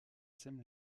sème